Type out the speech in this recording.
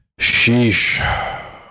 sheesh